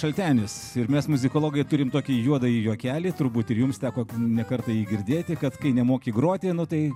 šaltenis ir mes muzikologai turim tokį juodąjį juokelį turbūt ir jums teko ne kartą jį girdėti kad kai nemoki groti tai